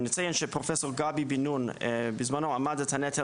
נציין שפרופ' גבי בן נון בזמנו אמד את הנטל